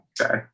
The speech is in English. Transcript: Okay